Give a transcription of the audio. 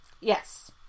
Yes